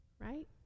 Right